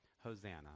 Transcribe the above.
Hosanna